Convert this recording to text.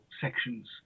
sections